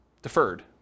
Deferred